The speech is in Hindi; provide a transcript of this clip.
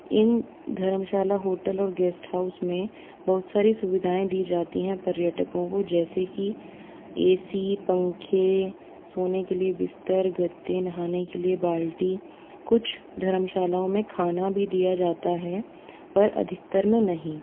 इन धर्मशाला होटल और गेस्ट हाउस में बहुत सारी सुविधाएँ दी जाती हैं पर्यटकों को जैसे कि ए सी पंखे सोने के लिए बिस्तर गद्दे नहाने के लिए बाल्टी कुछ धर्मशालाओं में खाना भी दिया जाता है पर अधिकतर में नहीं